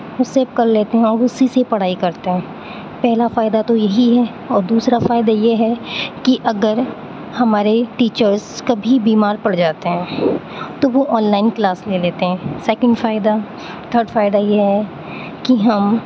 وہ سیو کر لیتے ہیں اور اُسی سے پڑھائی کرتے ہیں پہلا فائدہ تو یہی ہے اور دوسرا فائدہ یہ ہے کہ اگر ہمارے ٹیچرس کبھی بیمار پڑ جاتے ہیں تو وہ آن لائن کلاس لے لیتے ہیں سیکنڈ فائدہ تھرڈ فائدہ یہ ہے کہ ہم